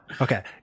okay